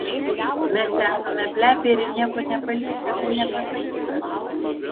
mes esame plepiai ir nieko nepaliekame nepasakyta